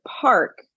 Park